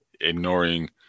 ignoring